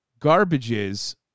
garbages